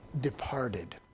departed